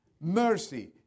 mercy